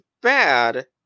bad